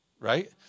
right